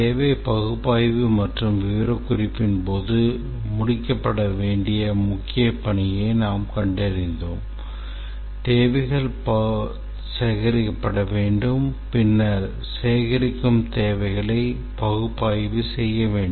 தேவை பகுப்பாய்வு மற்றும் விவரக்குறிப்பின் போது முடிக்கப்பட வேண்டிய முக்கிய பணியை நாம் கண்டறிந்தோம் தேவைகள் சேகரிக்கப்பட வேண்டும் பின்னர் சேகரிக்கும் தேவைகளை பகுப்பாய்வு செய்ய வேண்டும்